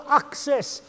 access